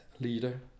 leader